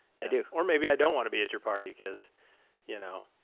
i do. or maybe i don't want to be at your party because you know,